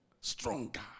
Stronger